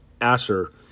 Asher